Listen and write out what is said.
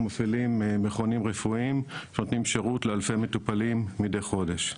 מפעילים מכונים רפואיים ונותנים שירות לאלפי מטופלים מדי חודש.